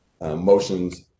motions